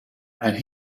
and